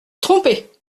trompée